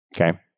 Okay